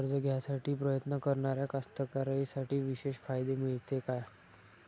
कर्ज घ्यासाठी प्रयत्न करणाऱ्या कास्तकाराइसाठी विशेष फायदे मिळते का?